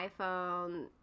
iPhone